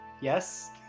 Yes